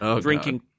drinking